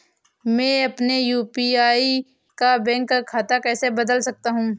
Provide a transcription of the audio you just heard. मैं अपने यू.पी.आई का बैंक खाता कैसे बदल सकता हूँ?